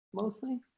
mostly